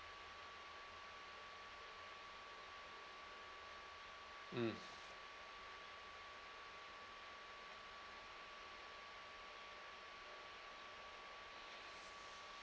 mm